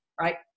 right